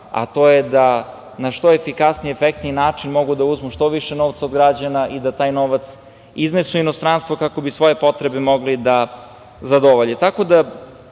a to je da na što efikasniji i efektniji način mogu da uzmu što više novca od građana i da taj novac iznesu u inostranstvo kako bi svoje potrebe mogli da zadovolje. Lekcije